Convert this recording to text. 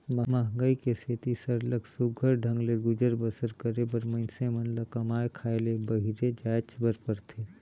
मंहगई के सेती सरलग सुग्घर ढंग ले गुजर बसर करे बर मइनसे मन ल कमाए खाए ले बाहिरे जाएच बर परथे